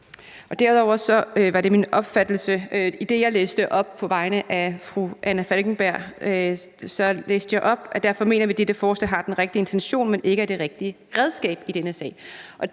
vegne af fru Anna Falkenberg, lød: Derfor mener vi, at dette forslag har den rigtige intention, men ikke er det rigtige redskab i denne sag.